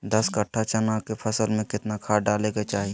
दस कट्ठा चना के फसल में कितना खाद डालें के चाहि?